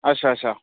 अच्छा अच्छा